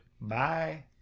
Bye